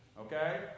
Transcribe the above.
Okay